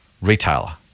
retailer